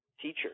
teacher